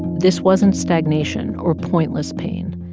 this wasn't stagnation or pointless pain.